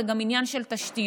זה גם עניין של תשתיות,